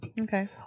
okay